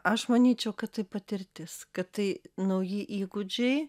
aš manyčiau kad tai patirtis kad tai nauji įgūdžiai